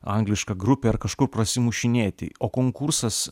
angliška grupė ar kažkur prasimušinėti o konkursas